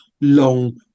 long